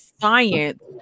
science